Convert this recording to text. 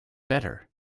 better